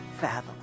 fathom